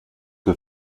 que